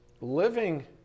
living